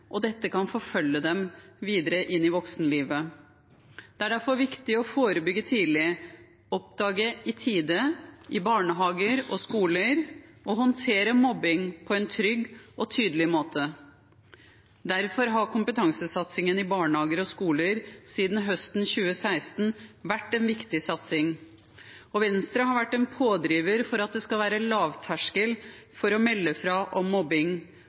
og unge, og dette kan forfølge dem videre inn i voksenlivet. Det er derfor viktig å forebygge tidlig, oppdage i tide i barnehager og skoler og håndtere mobbing på en trygg og tydelig måte. Derfor har kompetansesatsingen i barnehager og skoler siden høsten 2016 vært en viktig satsing. Venstre har vært en pådriver for at det skal være lav terskel for å melde fra om mobbing,